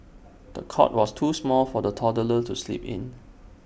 the cot was too small for the toddler to sleep in